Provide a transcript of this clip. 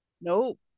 Nope